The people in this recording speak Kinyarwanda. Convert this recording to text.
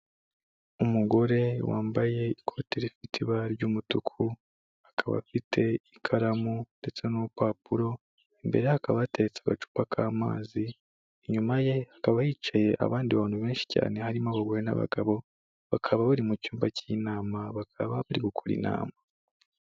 Umugore wambaye ikoti rifite ibara ry'umutuku, akaba afite ikaramu ndetse n'urupapuro, imbere ye hakaba hateretse agacupa k'amazi, inyuma ye hakaba hicaye abandi bantu benshi cyane harimo abagore n'abagabo, bakaba bari mu cyumba cy'inama, bakaba bari gukora inama.